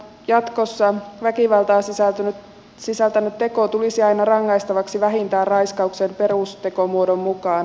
jatkossa väkivaltaa sisältänyt teko tulisi aina rangaistavaksi vähintään raiskauksen perustekomuodon mukaan